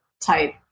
type